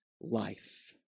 life